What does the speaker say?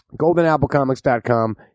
GoldenAppleComics.com